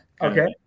Okay